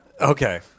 Okay